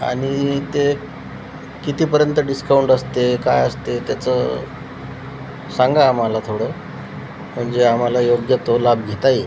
आणि ते कितीपर्यंत डिस्काऊंट असते काय असते त्याचं सांगा आम्हाला थोडं म्हणजे आम्हाला योग्य तो लाभ घेता येईल